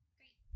great